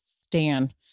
stan